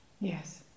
Yes